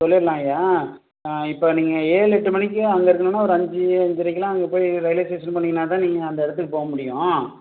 சொல்லிடலாம் ஐயா இப்போ நீங்கள் ஏழு எட்டு மணிக்கு அங்கே இருக்கணும்ன்னா ஒரு அஞ்சு அஞ்சரைக்கெல்லாம் அங்கே போய் ரயில்வே ஸ்டேஷன் போனீங்கன்னா தான் நீங்கள் அந்த இடத்துக்குப் போக முடியும்